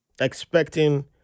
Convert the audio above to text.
expecting